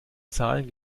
zahlen